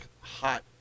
hot